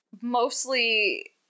Mostly